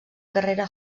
carrera